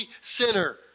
sinner